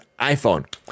iPhone